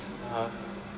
(uh huh)